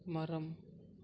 மரம்